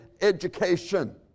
education